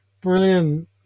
Brilliant